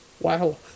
Wow